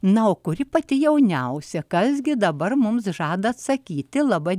na kuri pati jauniausia kas gi dabar mums žada atsakyti laba